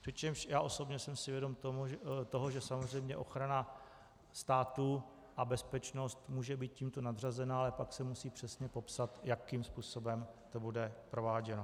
Přičemž já osobně jsem si vědom toho, že samozřejmě ochrana státu a bezpečnost může být tímto nadřazená, ale pak se musí přesně popsat, jakým způsobem to bude prováděno.